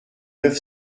neuf